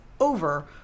over